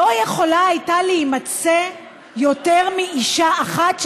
לא יכולה הייתה להימצא יותר מאישה אחת,